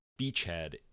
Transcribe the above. beachhead